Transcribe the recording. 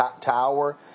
Tower